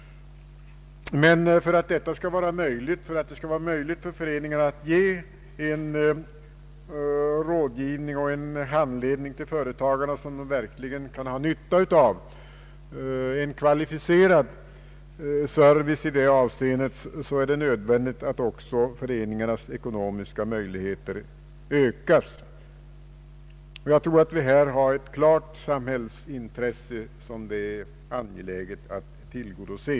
Men för att det skall vara möjligt för föreningarna att ge sådan rådgivning och handledning till företagarna som dessa verkligen kan ha nytta av — en kvalificerad service — är det nödvändigt att också föreningarnas ekonomiska möjligheter ökas. Jag tror att vi här har ett klart samhällsintresse som det är angeläget att tillgodose.